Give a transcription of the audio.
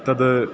तद्